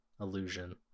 illusion